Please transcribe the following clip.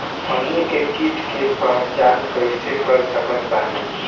हमनी के कीट के पहचान कइसे कर सकत बानी?